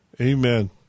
Amen